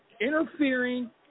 interfering